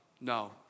No